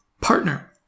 partner